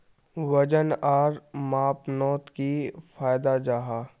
वजन आर मापनोत की फायदा जाहा?